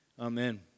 Amen